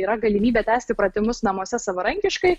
yra galimybė tęsti pratimus namuose savarankiškai